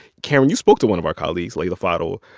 karen, you spoke to one of our colleagues, leila fadel,